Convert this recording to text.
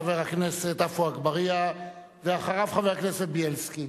חבר הכנסת עפו אגבאריה, ואחריו, חבר הכנסת בילסקי,